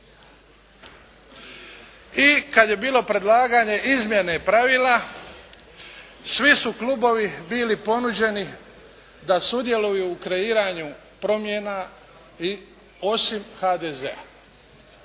I kad je bilo predlaganje izmjene pravila, svi su klubovi bili ponuđeni da sudjeluju u kreiranju promjena i osim HDZ-a.